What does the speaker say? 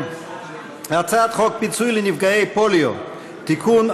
הצעת חוק פיצוי לנפגעי פוליו (תיקון,